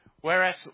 Whereas